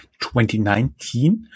2019